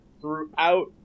throughout